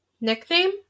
Nickname